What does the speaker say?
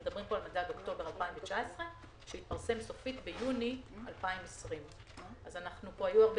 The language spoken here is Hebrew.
אנחנו מדברים כאן על מדד אוקטובר 2019 שהתפרסם סופית ביוני 2020. היו הרבה